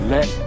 Let